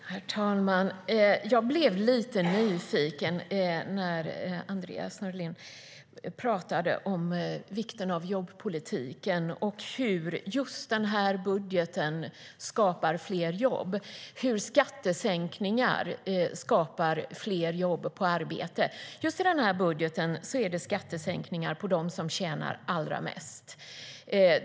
Herr talman! Jag blev lite nyfiken när Andreas Norlén talade om vikten av jobbpolitiken och hur just den här budgeten skapar fler jobb. Han talar om hur skattesänkningar skapar fler jobb. Just i den här budgeten handlar det om skattesänkningar för dem som tjänar allra mest.